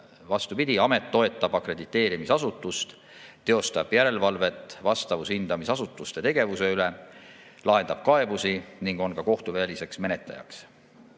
Vastupidi, amet toetab akrediteerimisasutust, teostab järelevalvet vastavushindamisasutuste tegevuse üle, lahendab kaebusi ning on ka kohtuväline menetleja.